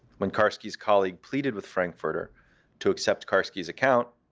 when karski's colleague pleaded with frankfurter to accept karski's account,